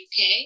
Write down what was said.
UK